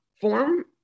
form